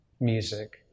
music